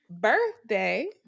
birthday